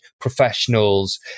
professionals